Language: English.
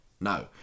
no